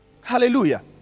Hallelujah